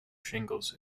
shingles